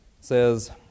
says